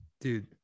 dude